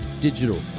Digital